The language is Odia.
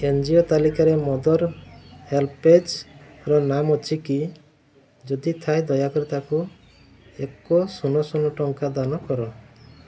ଏନ ଜି ଓ ତାଲିକାରେ ମଦର୍ ହେଲ୍ପେଜ୍ର ନାମ ଅଛିକି ଯଦି ଥାଏ ଦୟାକରି ତା'କୁ ଏକ ଶୂନ ଶୂନ ଟଙ୍କା ଦାନ କର